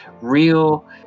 real